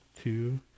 two